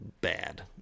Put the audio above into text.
bad